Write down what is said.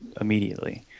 immediately